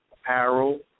Apparel